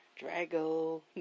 Drago